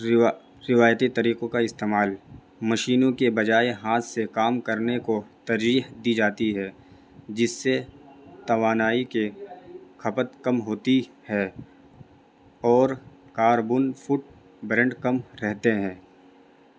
روا روایتی طریقوں کا استعمال مشینوں کے بجائے ہاتھ سے کام کرنے کو ترجیح دی جاتی ہے جس سے توانائی کے کھپت کم ہوتی ہے اور کاربون فٹ برنڈ کم رہتے ہیں